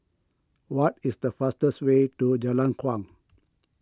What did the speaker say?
what is the fastest way to Jalan Kuang